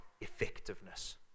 effectiveness